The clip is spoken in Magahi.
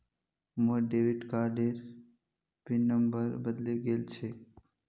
मोर डेबिट कार्डेर पिन नंबर बदले गेल छेक